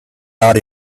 out